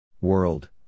World